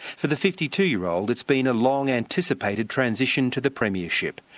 for the fifty two year old it's been a long-anticipated transition to the premiership,